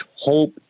hope